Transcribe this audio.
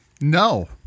No